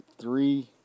three